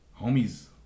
homie's